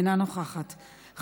אינה נוכחת,